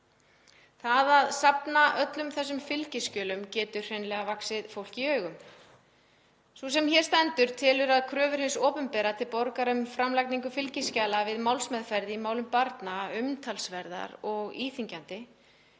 Það að safna öllum þessum fylgiskjölum getur hreinlega vaxið fólki í augum. Sú sem hér stendur telur að kröfur hins opinbera til borgara um framlagningu fylgiskjala við málsmeðferð í málum barna umtalsverðar og íþyngjandi,